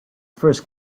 first